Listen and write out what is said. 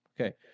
Okay